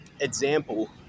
example